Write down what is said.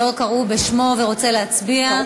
שלא קראו בשמו ורוצה להצביע?